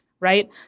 right